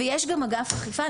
ויש גם אגף אכיפה,